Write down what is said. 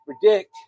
predict